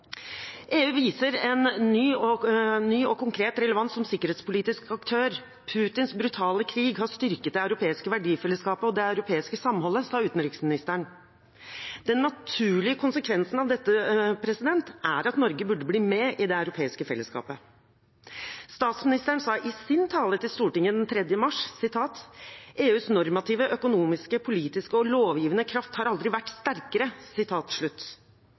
EU viser en ny og konkret relevans som sikkerhetspolitisk aktør. Utenriksministeren sa at Putins brutale krig har styrket det europeiske verdifellesskapet og det europeiske samholdet. Den naturlige konsekvensen av det er at Norge burde bli med i det europeiske fellesskapet. Statsministeren sa i sin tale til Stortinget den 3. mars: «EUs normative, økonomiske, politiske og lovgivende kraft har aldri vært sterkere.»